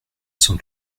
son